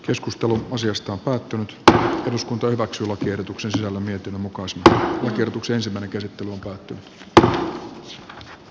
keskustelu asiasta päättänyt eduskunta hyväksyi nyt tältäkin osin täytyy sanoa että meillä verolainsäädäntö selvästi paranee